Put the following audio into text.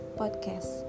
podcast